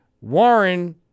Warren